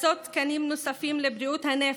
להקצות תקנים נוספים לבריאות הנפש,